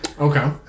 Okay